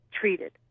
treated